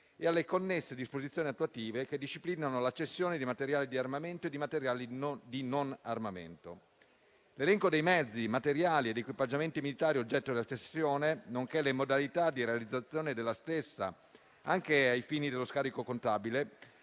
e alle connesse disposizioni attuative che disciplinano la cessione di materiali di armamento e di materiali non di armamento. L'elenco dei mezzi, materiali ed equipaggiamenti militari oggetto della cessione, nonché le modalità di realizzazione della stessa, anche ai fini dello scarico contabile,